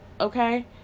okay